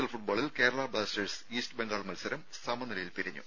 L ഫുട്ബോളിൽ Kerala Blasters East Bengal മത്സരം സമനിലയിൽ പിരിഞ്ഞു